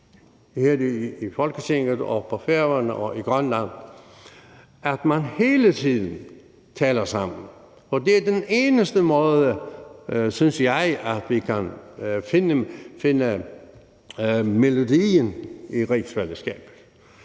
i Folketinget og på Færøerne og i Grønland, at man hele tiden taler sammen. For det er den eneste måde, synes jeg, hvorpå vi kan finde melodien i rigsfællesskabet.